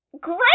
Great